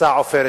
מבצע "עופרת